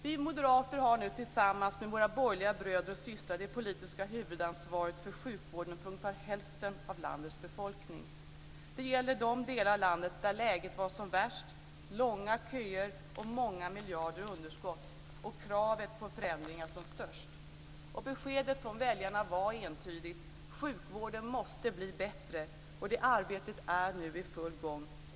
Vi moderater har nu tillsammans med våra borgerliga bröder och systrar det politiska huvudansvaret för sjukvården för ungefär hälften av landets befolkning. Det gäller de delar av landet där läget var som värst med långa köer och många miljarder i underskott och där kravet på förändringar var som störst. Beskedet från väljarna var entydigt: sjukvården måste bli bättre. Det arbetet är nu i full gång.